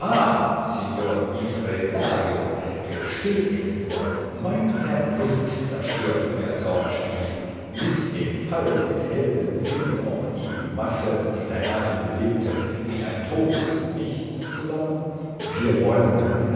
gesteht es nur mein verlust zerstörte euer trauerspiel mit dem fall des helden fiel auch die masse die sein atem belebte in ein totes nichts zusammen wir wollen